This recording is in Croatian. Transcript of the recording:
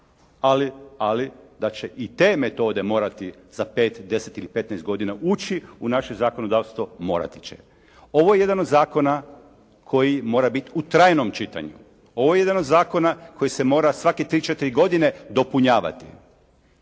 vas, ali da će i te metode morati za pet, deset ili petnaest godina ući u naše zakonodavstvo morati će. Ovo je jedan od zakona koji mora biti u trajnom čitanju. Ovo je jedan od zakona koji se mora svakih tri, četiri godine dopunjavati.